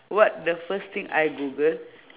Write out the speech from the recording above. what the first thing I google